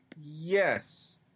yes